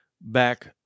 back